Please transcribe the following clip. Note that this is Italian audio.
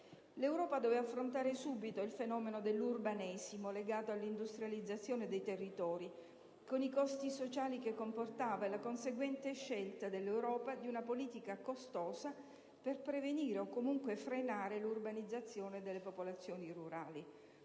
L'Europa doveva affrontare subito il fenomeno dell'urbanesimo, legato all'industrializzazione dei territori, con i costi sociali che comportava e la conseguente scelta dell'Europa di una politica costosa per prevenire o comunque frenare l'urbanizzazione delle popolazioni rurali.